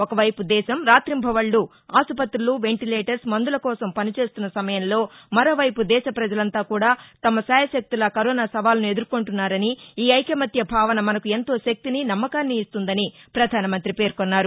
ఒకవైపు దేశం రాతింబవక్నూ ఆసుపత్రులు వెంటిలేటర్స్ మందుల కోసం పనిచేస్తున్న సమయంలో మరోవైపు దేశ ప్రజలంతా కూడాతమ శాయశక్తులా కరోనా సవాలుని ఎదుర్కొంటున్నారని ఈ ఐకమత్య భావన మనకు ఎంతో శక్తినీ నమ్మకాన్నీ ఇస్తుందని పధానమంతి పేర్కొన్నారు